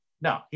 No